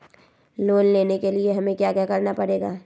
Loan लेने के लिए हमें क्या क्या करना पड़ेगा?